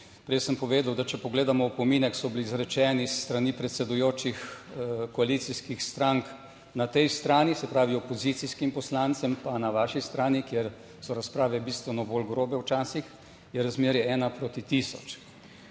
Prej sem povedal, da če pogledamo opomine, ki so bili izrečeni s strani predsedujočih koalicijskih strank na tej strani, se pravi opozicijskim poslancem, pa na vaši strani, kjer so razprave bistveno bolj grobe. Včasih je razmerje ena proti tisoč.